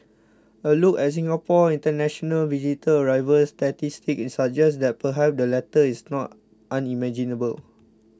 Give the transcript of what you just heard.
a look at Singapore's international visitor arrival statistics suggest that perhaps the latter is not unimaginable